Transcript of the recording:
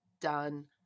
done